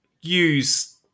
Use